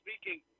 speaking